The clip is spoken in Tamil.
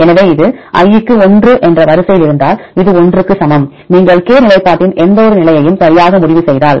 எனவே இது i க்கு 1 என்ற வரிசையில் இருந்தால் இது 1 க்கு சமம் நீங்கள் k நிலைப்பாட்டின் எந்த நிலையையும் சரியாக முடிவு செய்தால்